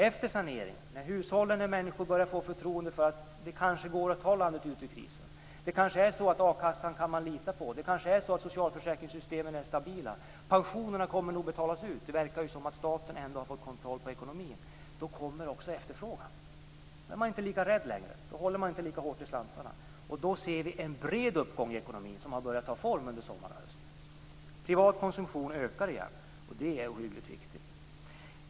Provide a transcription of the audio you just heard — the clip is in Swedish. Efter saneringen har hushållen och människor börjat få förtroende för att det kanske går att ta landet ut ur krisen. Det kanske är så att man kan lita på akassan. Det kanske är så att socialförsäkringssystemen är stabila. Pensionerna kommer nog att betalas ut, eftersom det verkar som att staten har fått kontroll på ekonomin. Då kommer också efterfrågan. Då är man inte lika rädd längre och håller inte lika hårt i slantarna. Då ser vi en bred uppgång i ekonomin, som nu börjat ta form under sommaren och hösten. Privat konsumtion ökar igen. Det är ohyggligt viktigt.